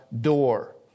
door